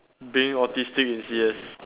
being autistic in C_S